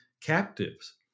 captives